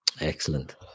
Excellent